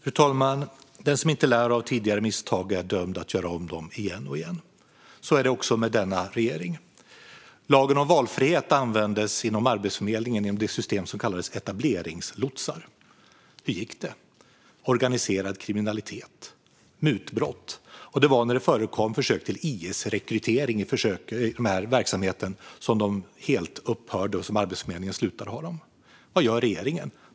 Fru talman! Den som inte lär av tidigare misstag är dömd att göra om dem igen och igen. Så är det också med denna regering. Lagen om valfrihet användes inom Arbetsförmedlingen för systemet med så kallade etableringslotsar. Hur gick det? Det ledde till organiserad kriminalitet och mutbrott. När det förekom försök till IS-rekrytering inom denna verksamhet upphörde den, och Arbetsförmedlingen slutade ha etableringslotsar. Vad gör regeringen?